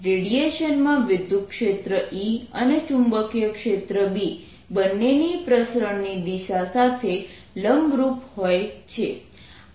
રેડિયેશનમાં વિદ્યુતક્ષેત્ર E અને ચુંબકીય ક્ષેત્ર B બંનેની પ્રસરણની દિશા સાથે લંબરૂપ હોય છે